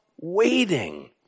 waiting